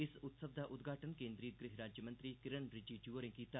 इस उत्सव दा उद्घाटन केन्द्री गृह राज्यमंत्री किरण रिजिजू होरें कीता